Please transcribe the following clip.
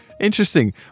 interesting